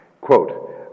Quote